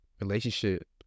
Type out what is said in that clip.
relationship